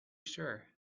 sure